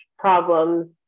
problems